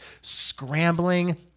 scrambling